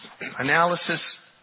Analysis